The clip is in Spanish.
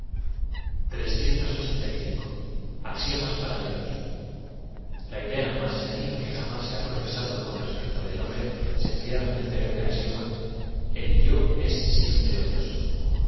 as paralelos l a idea más senil que jam ás se ha profesado con respecto del hombre se eucierra en e l célebre axioma e l yo ess iempre odioso